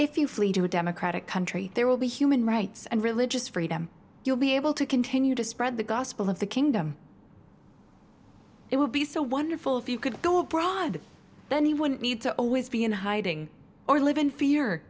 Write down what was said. if you flee to a democratic country there will be human rights and religious freedom you'll be able to continue to spread the gospel of the kingdom it would be so wonderful if you could go abroad then he wouldn't need to always be in hiding or live in fear